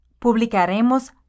Publicaremos